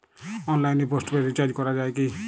অনলাইনে postpaid recharge করা যায় কি?